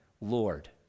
Lord